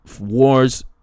wars